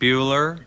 Bueller